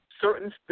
certain